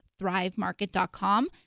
thrivemarket.com